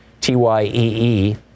t-y-e-e